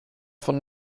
von